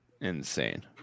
insane